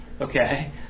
okay